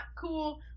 cool